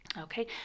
Okay